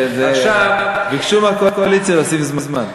כן, זה, ביקשו מהקואליציה להוסיף זמן.